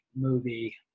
movie